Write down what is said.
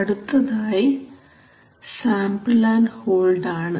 അടുത്തതായി sample and hold ആണ്